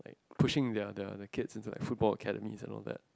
pushing their their the kids into like football academy and all that